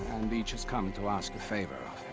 and each has come to ask a favor